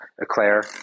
eclair